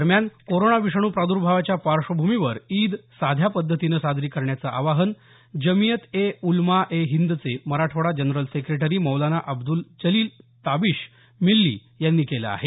दरम्यान कोरोना विषाणू प्रादुर्भावाच्या पार्श्वभूमीवर ईद साध्या पद्धतीनं साजरी करण्याचं आवाहन जमियत ए उलमा ए हिंद चे मराठवाडा जनरल सेक्रेटरी मौलाना अब्दल जलील ताबिश मिल्ली यांनी केलं आहे